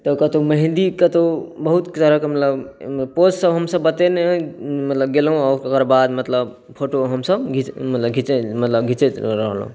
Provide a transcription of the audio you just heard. तऽ कतौ मेहँदी कतौ बहुत तरहक मतलब पोज सब हमसब बतेने मतलब गेलहुॅं ओकरबाद मतलब फोटो हमसब मतलब घीचैत मतलब घीचैत रहलहुॅं